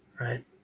right